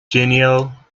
genial